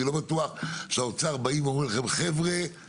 אני לא בטוח שהאוצר באים ואומרים לכם: חבר'ה,